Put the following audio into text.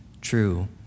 true